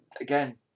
again